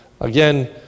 Again